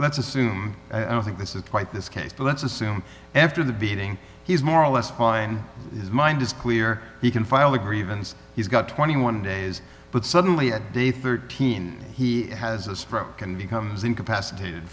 let's assume i don't think this is quite this case but let's assume after the beating he's more or less fine mind it's clear he can file a grievance he's got twenty one days but suddenly at the thirteen he has a stroke and becomes incapacitated